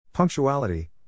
Punctuality